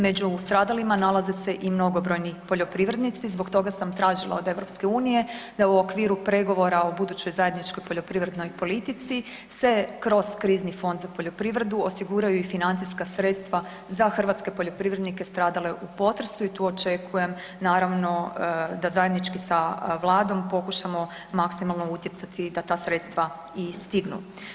Među stradalima nalaze se i mnogobrojni poljoprivrednici zbog toga sam tražila od EU da u okviru pregovora o budućoj zajedničkoj poljoprivrednoj politici se kroz krizni fond za poljoprivredu osiguraju i financijska sredstva za hrvatske poljoprivrednike stradale u potresu i tu očekujem naravno da zajednički sa Vladom pokušamo maksimalno utjecati da ta sredstva i stignu.